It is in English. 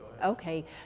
okay